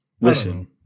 listen